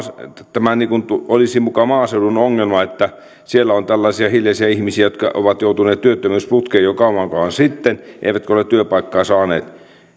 tämä olisi muka maaseudun ongelma että siellä on sellaisia hiljaisia ihmisiä jotka ovat joutuneet työttömyysputkeen jo kauan kauan sitten eivätkä ole työpaikkaa saaneet